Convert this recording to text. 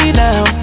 now